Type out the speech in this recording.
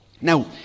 Now